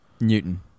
Newton